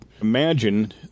imagine